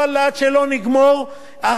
המשרתים לא יקבלו.